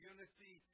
Unity